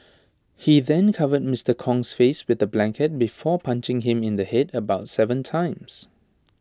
he then covered Mister Kong's face with A blanket before punching him in the Head about Seven times